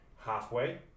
halfway